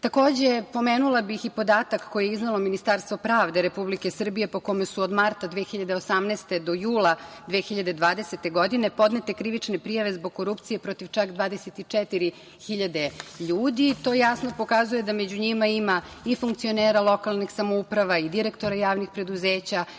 pomenula bih i podatak koje je iznelo Ministarstvo pravde Republike Srbije, po kome su od marta 2018. godine do jula 2020. godine podnete krivične prijave zbog korupcije protiv čak 24.000 ljudi. To jasno pokazuje da među njima ima i funkcionera lokalnih samouprava i direktora javnih preduzeća,